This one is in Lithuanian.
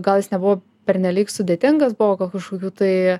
gal jis nebuvo pernelyg sudėtingas buvo kažkokių tai